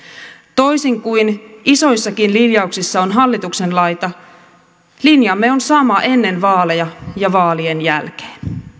toisin kuin isoissakin linjauksissa on hallituksen laita linjamme on sama ennen vaaleja ja vaalien jälkeen